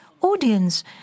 audience